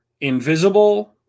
invisible